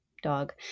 dog